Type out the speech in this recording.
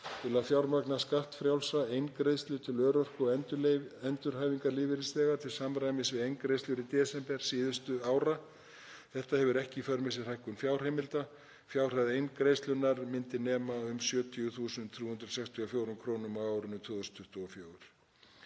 til að fjármagna skattfrjálsa eingreiðslu til örorku- og endurhæfingarlífeyrisþega til samræmis við eingreiðslur í desember síðustu ára. Þetta hefur ekki í för með sér hækkun fjárheimilda. Fjárhæð eingreiðslunnar myndi nema 70.364 kr. á árinu 2024.